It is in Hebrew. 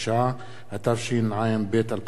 התשע"ב 2012,